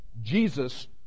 Jesus